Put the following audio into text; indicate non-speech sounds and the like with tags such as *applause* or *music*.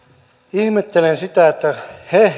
ihmettelen sitä että he *unintelligible*